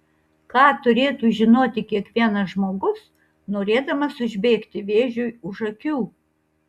ką turėtų žinoti kiekvienas žmogus norėdamas užbėgti vėžiui už akių